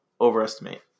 overestimate